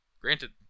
Granted